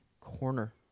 corner